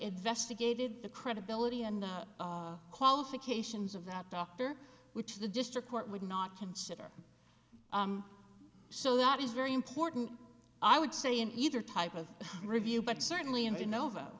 investigated the credibility and qualifications of that doctor which the district court would not consider so that is very important i would say in either type of review but certainly in